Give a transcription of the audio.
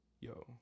Yo